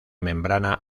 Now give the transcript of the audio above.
membrana